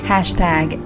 Hashtag